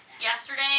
yesterday